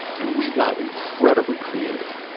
and we got incredibly creative.